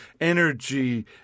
energy